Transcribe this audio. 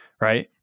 Right